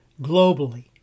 globally